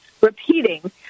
repeating